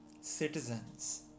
citizens